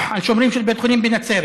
על שומרים של בית חולים בנצרת,